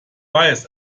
weiß